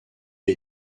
est